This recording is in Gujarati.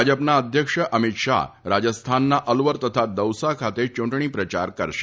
ભાજપના અધ્યક્ષ અમિત શાહ રાજસ્થાનના અલવર તથા દૌસા ખાતે ચૂંટણી પ્રચાર કરશે